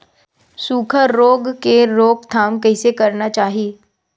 सुखा रोग के रोकथाम कइसे करना चाही?